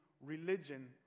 religion